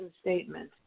statement